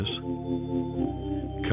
come